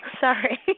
Sorry